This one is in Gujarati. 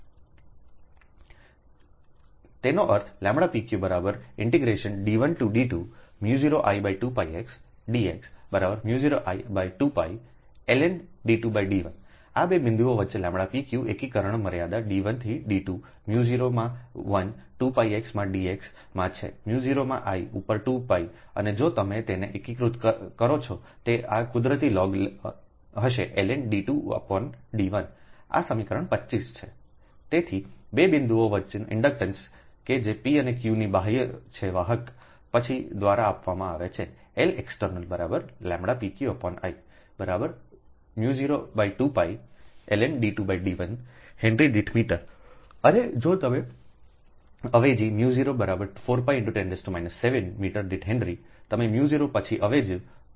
તેનો અર્થ pq D1D20I2πxdx 0I2πlnD2D1 આ બે બિંદુઓ વચ્ચે λpq એકીકરણ મર્યાદા D1 થી D2 0માં I 2x માં dx માં છે 0માં I ઉપર 2 અને જો તમે તેને એકીકૃત કરો છો તો આ કુદરતી લોગ હશે ln D2 ઉપર D1 આ સમીકરણ 25 છે તેથી 2 બિંદુઓ વચ્ચેનો ઇન્ડક્ટન્સ કે જે p અને q ની બાહ્ય છે વાહક પછી દ્વારા આપવામાં આવે છેLext pqI 02πlnD2D1 હેનરી દીઠ મીટર અને જો તમે અવેજીμ04π×10 7મીટર દીઠ હેનરી તમે 0પછી અવેજી જો 2 2 રદ કરવામાં આવશે